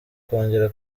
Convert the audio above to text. kongera